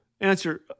Answer